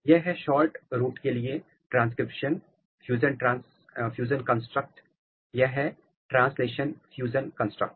यह है short root के लिए ट्रांसक्रिप्शन फ्यूजन कंस्ट्रक्ट यह है ट्रांसलेशन फ्यूजन कंस्ट्रक्ट